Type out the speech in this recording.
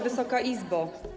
Wysoka Izbo!